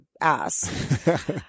ass